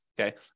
okay